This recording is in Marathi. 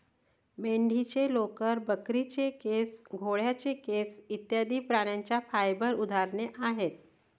मेंढीचे लोकर, बकरीचे केस, घोड्याचे केस इत्यादि प्राण्यांच्या फाइबर उदाहरणे आहेत